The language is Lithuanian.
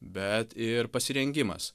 bet ir pasirengimas